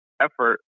effort